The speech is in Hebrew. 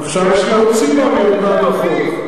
עכשיו יש לי עוד סיבה להיות בעד החוק.